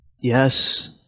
Yes